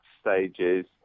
stages